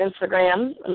Instagram